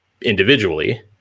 individually